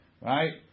Right